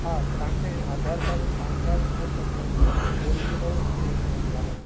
हा तव्हांखे Aadhaar card PAN card हूअ सभु वस्तू ओरिजनल खणी अचणी आहे